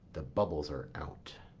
the bubbles are out,